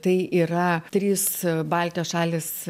tai yra trys baltijos šalys